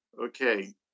okay